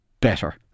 Better